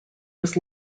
was